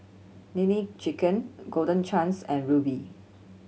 Nene Chicken Golden Chance and Rubi